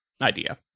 idea